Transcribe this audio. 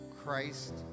Christ